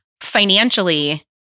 Financially